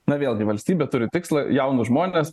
na vėlgi valstybė turi tikslą jaunus žmones